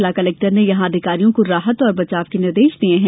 जिला कलेक्टर ने यहां अधिकारियों को राहत और बचाव के निर्देश दिये हैं